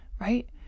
right